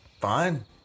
Fine